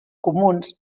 comuns